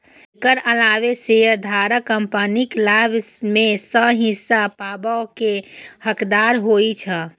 एकर अलावे शेयरधारक कंपनीक लाभ मे सं हिस्सा पाबै के हकदार होइ छै